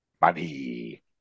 money